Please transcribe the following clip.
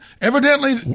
Evidently